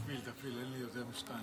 תפעיל, תפעיל, אין לי יותר משתיים.